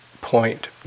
point